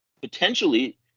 potentially